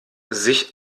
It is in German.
sich